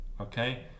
okay